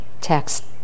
text